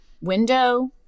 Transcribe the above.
window